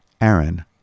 Aaron